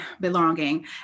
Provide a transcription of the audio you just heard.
belonging